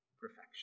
perfection